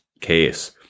case